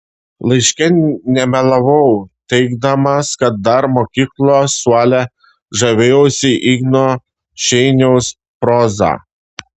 laiške nemelavau teigdamas kad dar mokyklos suole žavėjausi igno šeiniaus proza